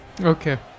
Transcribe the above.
Okay